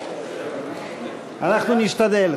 אנחנו נשתדל.